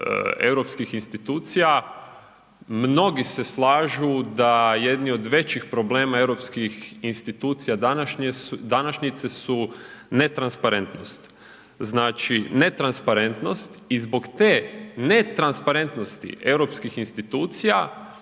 europskih institucija, mnogi se slažu da jedni od većih problema europskih institucija današnjice su netransparentnost. Znači netransparentnost i zbog te netransparentnosti europskih institucija